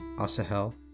Asahel